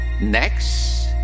next